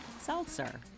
Seltzer